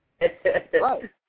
Right